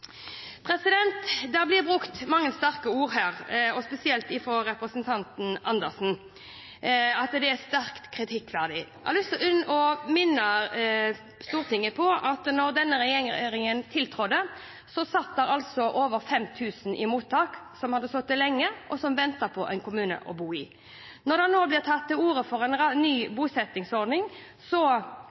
Det blir brukt mange sterke ord her, og spesielt fra representanten Andersen – at det er «sterkt kritikkverdig». Jeg har lyst til å minne Stortinget på at da denne regjeringen tiltrådte, satt det over 5 000 i mottak, som hadde sittet der lenge, og som ventet på en kommune å bo i. Når det nå blir tatt til orde for en ny bosettingsordning,